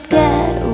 get